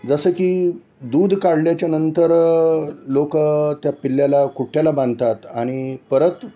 जसं की दूध काढल्याच्या नंतर लोक त्या पिल्लाला कुट्ट्याला बांधतात आणि परत